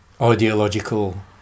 ideological